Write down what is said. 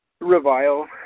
revile